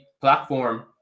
platform